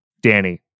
Danny